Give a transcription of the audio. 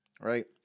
right